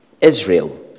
Israel